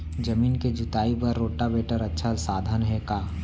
जमीन के जुताई बर रोटोवेटर अच्छा साधन हे का?